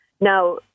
Now